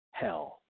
hell